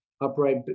upright